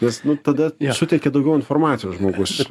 nes nu tada suteikia daugiau informacijos žmogus